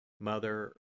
Mother